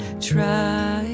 try